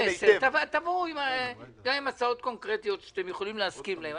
תבואו עם הצעות קונקרטיות שאתם יכולים להסכים להן.